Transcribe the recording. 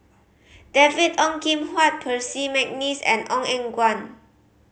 David Ong Kim Huat Percy McNeice and Ong Eng Guan